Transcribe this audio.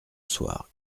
soir